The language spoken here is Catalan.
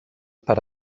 per